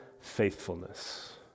faithfulness